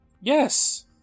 Yes